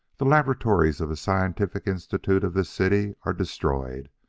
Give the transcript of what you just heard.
the laboratories of the scientific institute of this city are destroyed.